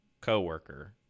coworker